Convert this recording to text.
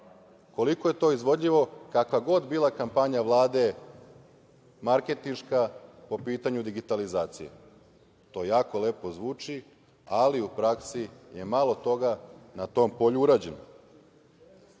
Koliko je to izvodljivo, kakva god bila kampanja Vlade marketinška po pitanju digitalizacije, to jako lepo zvuči, ali u praksi je malo toga na tom polju urađeno.